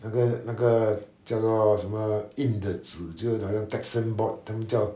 那个那个叫做什么硬的纸就好像 texan board 他们叫